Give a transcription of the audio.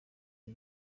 iki